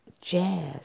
jazz